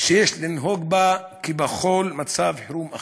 שיש לנהוג בה כבכל מצב חירום אחר.